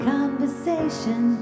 conversation